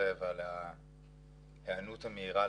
ותודה רבה על קיום הדיון הזה ועל ההיענות המהירה לנושא.